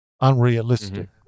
unrealistic